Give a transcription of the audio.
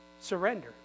Surrender